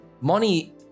Money